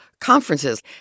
conferences